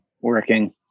working